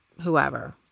whoever